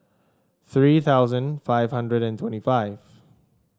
three thousand five hundred and twenty five